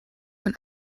von